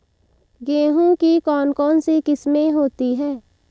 गेहूँ की कौन कौनसी किस्में होती है?